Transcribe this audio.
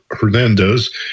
Hernandez